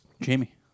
Jamie